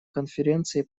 конференции